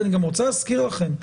אני גם רוצה להזכיר לכם,